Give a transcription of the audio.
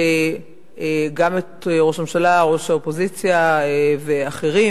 גם את ראש הממשלה, ראש האופוזיציה ואחרים.